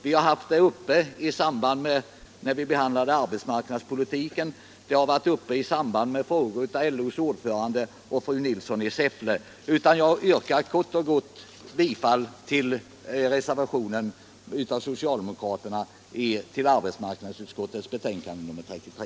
Vi har haft frågan uppe i samband med behandlingen av arbetsmarknadspolitiken, bl.a. i inlägg av LO:s ordförande och fru Nilsson i Sunne. Jag yrkar bifall till socialdemokraternas reservation till arbetsmarknadsutskottets betänkande nr 33.